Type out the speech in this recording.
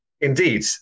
Indeed